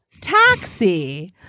Taxi